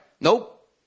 Nope